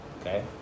Okay